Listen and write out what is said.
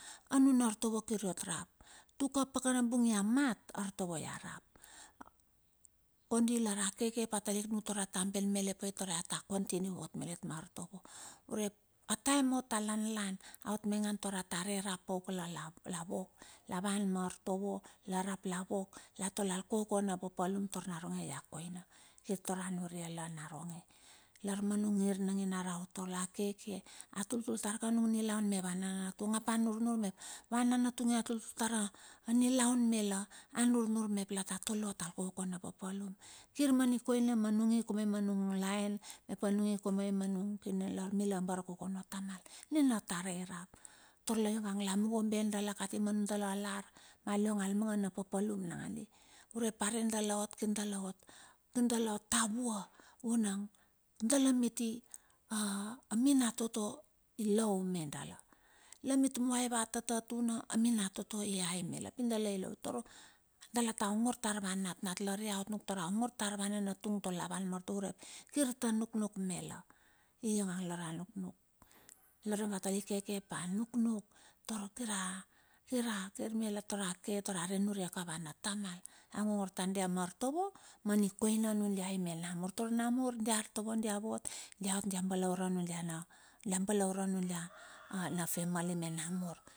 Anuna artovo kiriot rap. tuka apakana bung ia mat, artovo ia rap. Kondi lar akeke ap a nuknuk tara ta ben malet pai, tar ia ta kontiniu malet ma artovo. Urep ataem ot a lanlan, aot maingan taur are rap pauk la lavok. Lavan ma artovo, la rap la vok, la tole al kokona papalum tar naronge ia koina. Kirtar anure la naronge, lar ma nung ngir na nginarau tar akeke atultul tar ka nung nilaun me vananatung ap anurnur mep va nanatung ionge atultul tar anilaun mela, anurnur mep lata tole ot al kokona papalum. Kir ma nikoina ma nungi kium anung laen, mep anungi kiumane mep lar mila barkokono, tamal, nina tarai rap. Tarla ionga la mungo ben dala kati ma nundala lar ma liong al mangana papalum nangandi, urep are dalaot kir dalaot, kir dalaot tavua. Vunang dala miti a minatoto ilou me dala. Lamitume va tatatuna, aminatoto i hai mela pi dala ilou, taur dala ta pa ongor tar va natnat lar ia ot ongor tar va nanatung tar la ta van ma artovo urep, kirta nuknuk mela. Ionga lar anuk nuk mela, iong atalik keke anuknuk. Tar kir bule tara ap are nure la. tamal aongongor tar dia ma artovo ma nikoina nundiai me namur tar namur dia artovo dia vot, diot dia balaure nundia, dia balaure nundia na famili me namur.